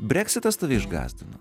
breksitas tave išgąsdino